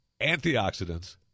Antioxidants